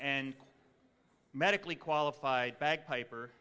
and medically qualified bagpiper